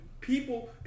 People